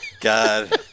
God